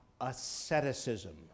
asceticism